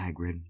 Hagrid